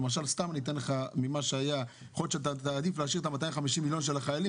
יכול להיות שתעדיף להשאיר את ה-250 של החיילים